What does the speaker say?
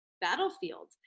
battlefield